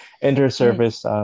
inter-service